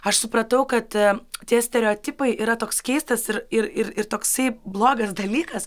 aš supratau kad tie stereotipai yra toks keistas ir ir ir toksai blogas dalykas